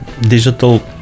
digital